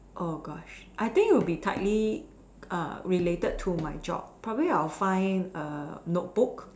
oh Gosh I think it would be tightly related to my job I think I will probably find a notebook